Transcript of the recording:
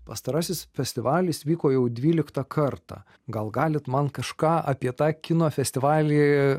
pastarasis festivalis vyko jau dvyliktą kartą gal galit man kažką apie tą kino festivalį